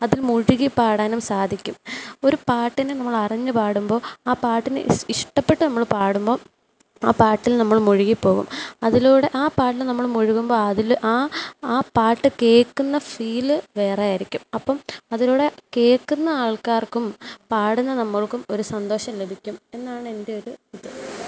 അതിൽ മുഴുകി പാടാനും സാധിക്കും ഒരു പാട്ടിനെ നമ്മളറിഞ്ഞു പാടുമ്പോൾ ആ പാട്ടിനെ ഇസ് ഇഷ്ടപ്പെട്ട് നമ്മൾ പാടുമ്പം ആ പാട്ടില് നമ്മള് മുഴുകിപ്പോകും അതിലൂടെ ആ പാട്ടിന് നമ്മള് മുഴുകുമ്പോൾ അതിൽ ആ ആ പാട്ട് കേൾക്കുന്ന ഫീൽ വേറെയായിരിക്കും അപ്പം അതിലൂടെ കേൾക്കുന്ന ആള്ക്കാര്ക്കും പാടുന്ന നമ്മള്ക്കും ഒരു സന്തോഷം ലഭിക്കും എന്നാണ് എന്റെയൊരു ഇത്